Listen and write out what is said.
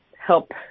help